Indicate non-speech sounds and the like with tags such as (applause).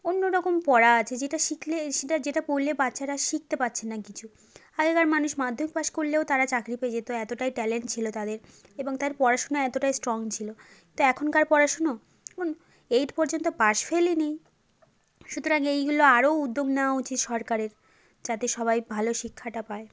অন্য রকম পড়া আছে যেটা শিখলে সেটা যেটা পড়লে বাচ্চারা শিখতে পারছে না কিছু আগেকার মানুষ মাধ্যমিক পাস করলেও তারা চাকরি পেয়ে যেত এতটাই ট্যালেন্ট ছিল তাদের এবং তার পড়াশোনা এতটাই স্ট্রং ছিল তো এখনকার পড়াশুনো (unintelligible) এইট পর্যন্ত পাস ফেলই নেই সুতরাং এইগুলো আরও উদ্যোগ নেওয়া উচিত সরকারের যাতে সবাই ভালো শিক্ষাটা পায়